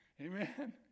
Amen